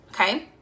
okay